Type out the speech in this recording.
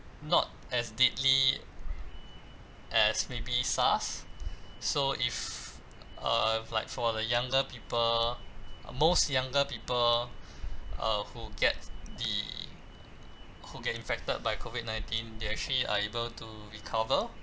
not as deadly as maybe SARS so if uh if like for the younger people most younger people uh who get the who get infected by COVID nineteen they actually are able to recover